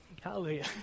Hallelujah